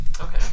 Okay